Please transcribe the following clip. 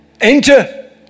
Enter